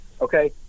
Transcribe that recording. Okay